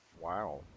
wow